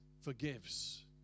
Forgives